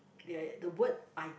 there the word I